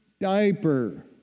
diaper